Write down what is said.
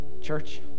Church